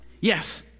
Yes